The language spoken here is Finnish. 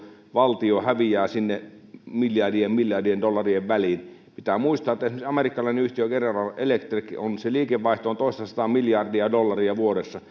valtio häviää sinne miljardien miljardien dollarien väliin pitää muistaa että esimerkiksi amerikkalaisen yhtiön general electricin liikevaihto on toistasataa miljardia dollaria vuodessa